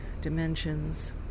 dimensions